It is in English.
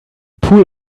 pool